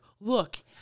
look